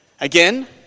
Again